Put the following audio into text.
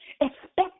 expect